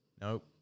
Nope